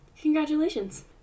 Congratulations